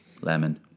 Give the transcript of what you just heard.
Lemon